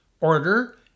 order